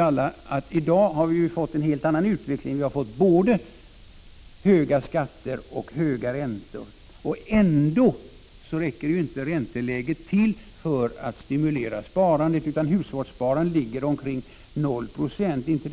Alla vet att vi i dag har fått en helt annan utveckling: vi har fått både höga skatter och höga räntor. Ändå räcker inte ränteläget till för att stimulera sparandet, utan hushållssparandet ligger omkring noll procent i Sverige.